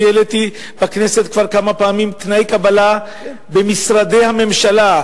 אני העליתי זאת בכנסת כבר כמה פעמים: תנאי הקבלה במשרדי הממשלה,